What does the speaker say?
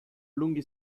lunghi